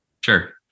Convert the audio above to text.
Sure